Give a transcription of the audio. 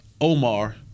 Omar